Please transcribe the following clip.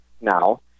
Now